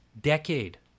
decade